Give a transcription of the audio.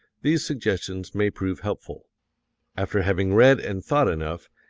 these suggestions may prove helpful after having read and thought enough,